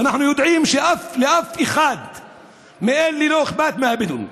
ואנחנו יודעים שלאף אחד מאלה לא אכפת מהבדואים,